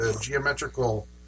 geometrical